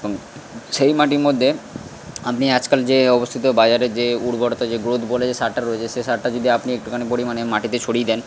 এবং সেই মাটির মধ্যে আপনি আজকাল যে অবস্থিত বাজারের যে উর্বরতা যে গ্রোথ বলে যে সারটা রয়েছে সেই সারটা যদি আপনি একটুখানি পরিমাণে মাটিতে ছড়িয়ে দেন